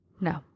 No